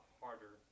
harder